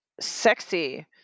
sexy